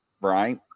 right